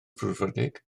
frwdfrydig